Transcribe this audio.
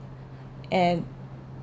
and